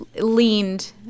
leaned